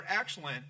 excellent